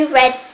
red